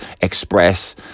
express